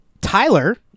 Tyler